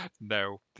No